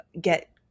get